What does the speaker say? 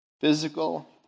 physical